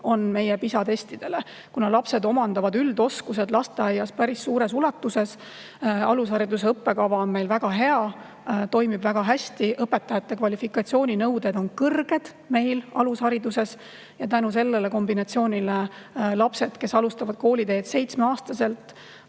meie PISA testidele, kuna lapsed omandavad üldoskused lasteaias päris suures ulatuses. Alushariduse õppekava on meil väga hea, toimib väga hästi, õpetajate kvalifikatsiooninõuded on meil alushariduses kõrged. Ja tänu sellele kombinatsioonile lapsed, kes alustavad kooliteed seitsmeaastaselt,